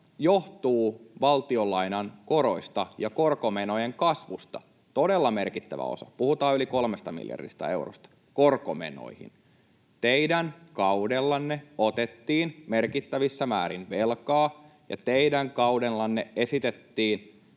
johtuu valtionlainan koroista ja korkomenojen kasvusta — todella merkittävä osa, puhutaan yli kolmesta miljardista eurosta korkomenoihin. Teidän kaudellanne otettiin merkittävissä määrin velkaa, ja teidän kaudellanne esitettiin,